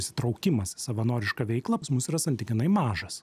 įsitraukimas savanoriška veikla pas mus yra santykinai mažas